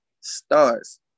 stars